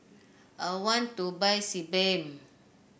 I want to buy Sebamed